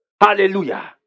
Hallelujah